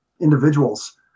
individuals